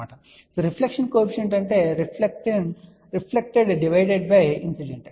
కాబట్టి reflection coefficient అంటే reflected divided by incident